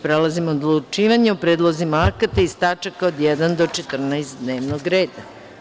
Prelazimo na odlučivanje o predlozima akata iz tačaka od 1. do 14. dnevnog reda.